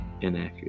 Inaccurate